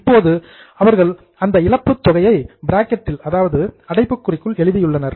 இப்போது அவர்கள் அந்த இழப்பு தொகையை பிராக்கெட் அடைப்புக்குறிக்குள் எழுதியுள்ளனர்